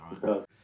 right